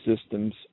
systems